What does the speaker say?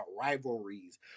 rivalries